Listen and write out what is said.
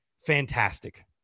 fantastic